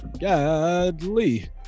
godly